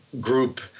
group